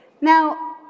Now